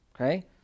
okay